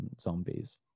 zombies